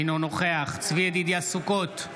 אינו נוכח צבי ידידיה סוכות,